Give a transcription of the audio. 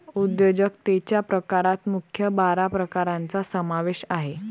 उद्योजकतेच्या प्रकारात मुख्य बारा प्रकारांचा समावेश आहे